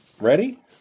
Ready